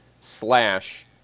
slash